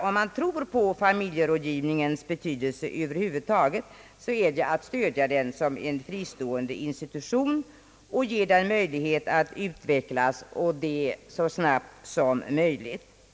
Om vi tror på familjerådgivningens betydelse över huvud taget, är ju det enda riktiga att stödja den som en fristående institution och att ge den möjlighet att utvecklas, vilket bör ske så snabbt som möjligt.